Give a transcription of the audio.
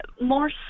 more